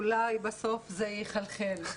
אולי בסוף זה יחלחל.